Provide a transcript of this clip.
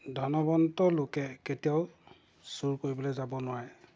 ধনৱন্ত লোকে কেতিয়াও চুৰ কৰিবলৈ যাব নোৱাৰে